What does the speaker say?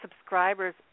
subscribers